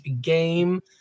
game